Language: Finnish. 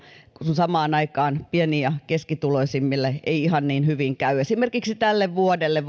samaan aikaan pieni ja keskituloisille ei ihan niin hyvin käy valitettavasti esimerkiksi tälle vuodelle